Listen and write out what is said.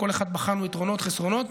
וכל אחד בחנו, יתרונות, חסרונות.